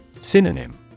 Synonym